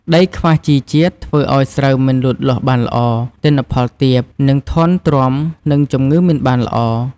ដីខ្វះជីជាតិធ្វើឱ្យស្រូវមិនលូតលាស់បានល្អ ទិន្នផលទាប និងធន់ទ្រាំនឹងជំងឺមិនបានល្អ។